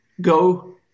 Go